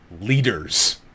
leaders